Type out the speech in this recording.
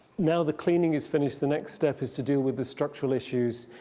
now the cleaning is finished the next step is to deal with the structural issues.